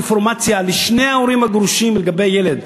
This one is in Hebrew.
לשני ההורים הגרושים אינפורמציה לגבי הילד.